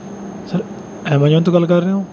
sir Amazon ਤੋਂ ਗੱਲ ਕਰ ਰਹੇ ਹੋ